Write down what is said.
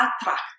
attract